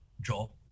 Joel